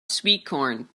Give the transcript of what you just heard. sweetcorn